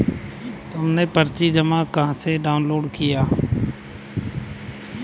राजू तुमने जमा पर्ची कहां से डाउनलोड किया?